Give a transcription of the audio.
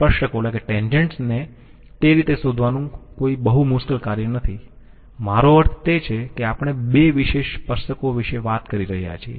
તેથી સ્પર્શકો ને તે રીતે શોધવાનું કોઈ બહુ મુશ્કેલ કાર્ય નથી મારો અર્થ તે છે કે આપણે 2 વિશેષ સ્પર્શકો વિશે વાત કરી રહ્યા છીએ